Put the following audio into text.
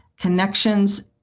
connections